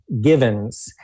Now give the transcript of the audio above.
givens